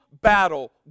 battle